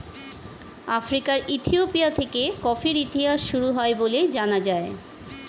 আফ্রিকার ইথিওপিয়া থেকে কফির ইতিহাস শুরু হয় বলে জানা যায়